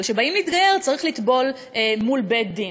אבל כשבאים להתגייר צריך לטבול מול בית-דין.